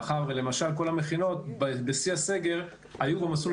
מאחר שלמשל כל המכינות בשיא הסגר היו במסלול